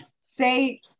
say